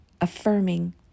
affirming